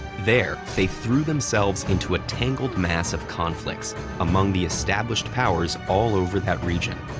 there, they threw themselves into a tangled mass of conflicts among the established powers all over that region.